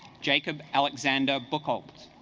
jacob alexander buchholz